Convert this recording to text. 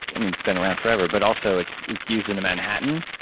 i mean, it's been around forever, but also, it's used in a manhattan.